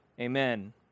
Amen